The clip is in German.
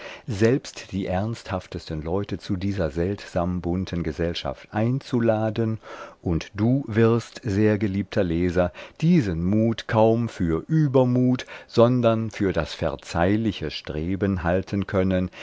selbst die ernsthaftesten leute zu dieser seltsam bunten gesellschaft einzuladen und du wirst sehr geliebter leser diesen mut kaum für übermut sondern nur für das verzeihliche streben halten können